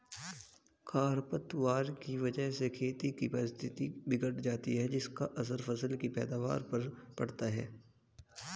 खरपतवार की वजह से खेतों की पारिस्थितिकी बिगड़ जाती है जिसका असर फसल की पैदावार पर पड़ता है